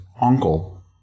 uncle